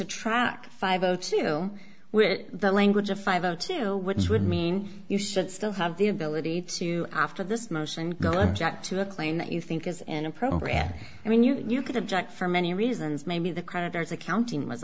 to track five o two with the language of five o two which would mean you should still have the ability to after this motion gollum's out to a claim that you think is inappropriate i mean you could object for many reasons maybe the creditors accounting